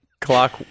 clock